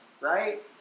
right